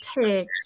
take